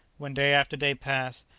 when day after day passed,